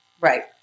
Right